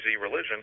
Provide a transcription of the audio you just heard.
religion